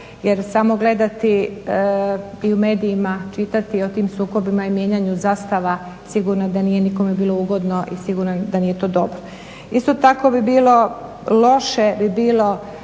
jer samo gledati i u medijima čitati o tim sukobima i mijenjaju zastava, sigurno da nije nikome bilo ugodno i sigurno da nije to dobro. Isto tako bi bilo loše bi bilo